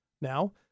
now